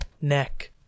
neck